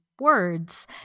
words